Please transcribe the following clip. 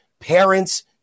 parents